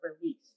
release